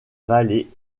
vallée